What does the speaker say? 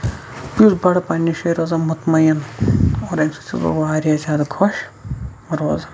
بہٕ چھُ بَڈ پَںٕنہِ جایہِ روزان مُطمٔیٖن اور اَمہِ سۭتۍ چھُس بہٕ واریاہ خۄش روزان